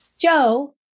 Joe